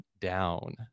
down